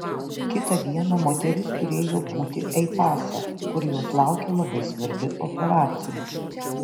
kitą dieną moteris turėjo būti ei pase kur jos laukė labai svarbi operacija